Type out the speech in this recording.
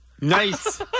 Nice